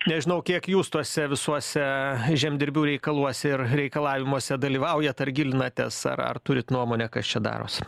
nežinau kiek jūs tuose visuose žemdirbių reikaluose ir reikalavimuose dalyvaujat ar gilinatės ar ar turit nuomonę kas čia daros